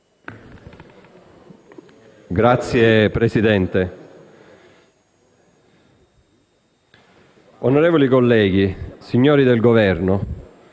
Signora Presidente, onorevoli colleghi, signori del Governo,